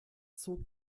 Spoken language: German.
zog